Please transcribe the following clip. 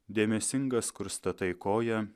dėmesingas kur statai koją